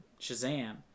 Shazam